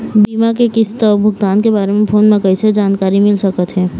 बीमा के किस्त अऊ भुगतान के बारे मे फोन म कइसे जानकारी मिल सकत हे?